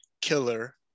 killer